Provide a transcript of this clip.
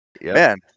man